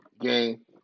game